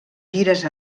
gires